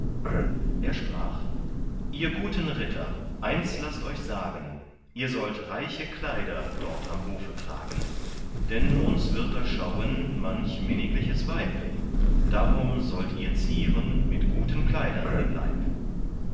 er sprach ihr guten ritter eins laßt euch sagen ihr sollt reiche kleider dort am hofe tragen denn uns wird da schauen manch minnigliches weib darum sollt ihr zieren mit guten kleidern den leib